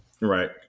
right